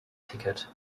ticket